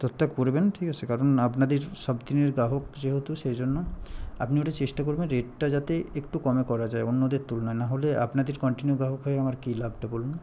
ততটা করবেন ঠিক আছে কারণ আপনাদের সবদিনের গ্রাহক যেহেতু সেই জন্য আপনি ওটা চেষ্টা করবেন রেটটা যাতে একটু কমে করা যায় অন্যদের তুলনায় নাহলে আপনাদের কন্টিনিউ গ্রাহক হয়ে আমার কী লাভটা বলুন